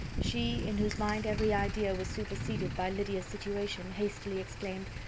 she, in whose mind every idea was superseded by lydia's situation, hastily exclaimed,